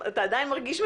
שר התיירות.